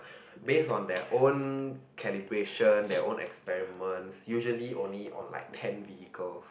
based on their own calibration their own experiments usually only on like ten vehicles